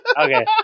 Okay